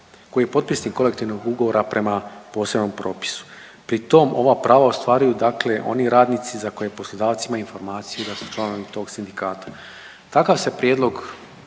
koji je potpisnik kolektivnog ugovora prema posebnom propisu. Pri tom ova prava ostvaruju dakle oni radnici za koje poslodavac ima informaciju da su članovi tog sindikata. Takav se prijedlog